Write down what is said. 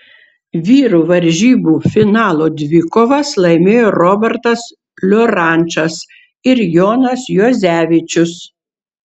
vyrų varžybų finalo dvikovas laimėjo robertas liorančas ir jonas juozevičius